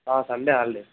Sunday holiday